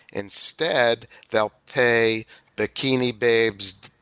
instead they'll pay bikini babes,